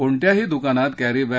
कोणत्याही दुकानात कर्षी बा